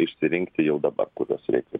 išsirinkti jau dabar kuriuos reikia